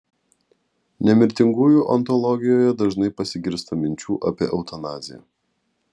nemirtingųjų ontologijoje dažnai pasigirsta minčių apie eutanaziją